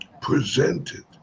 presented